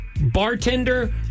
Bartender